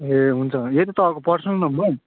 ए हुन्छ यो चाहिँ तपाईँको पर्सनल नम्बर